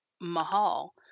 Mahal